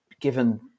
given